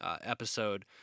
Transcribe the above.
episode